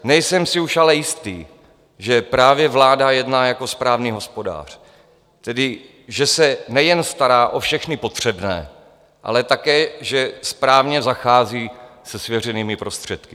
Nejsem si už ale jistý, že právě vláda jedná jako správný hospodář, tedy že se nejen stará o všechny potřebné, ale také že správně zachází se svěřenými prostředky.